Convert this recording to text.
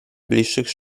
bliższych